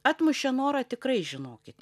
atmušė norą tikrai žinokit